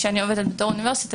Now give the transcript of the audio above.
בתור עובדת באוניברסיטה,